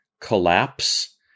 collapse